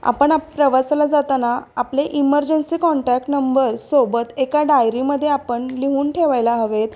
आपण आप प्रवासाला जाताना आपले इमर्जन्सी कॉन्टॅक्ट नंबर सोबत एका डायरीमध्ये आपण लिहून ठेवायला हवे आहेत